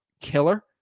killer